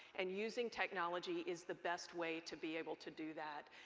and using technology is the best way to be able to do that.